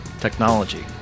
technology